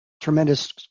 tremendous